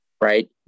right